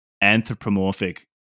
anthropomorphic